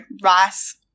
rice